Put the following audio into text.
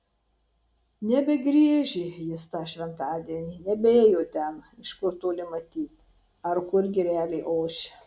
nebegriežė jis tą šventadienį nebėjo ten iš kur toli matyt ar kur girelė ošia